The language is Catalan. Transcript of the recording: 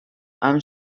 amb